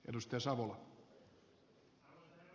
arvoisa herra puhemies